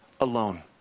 alone